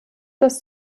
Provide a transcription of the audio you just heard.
das